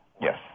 Yes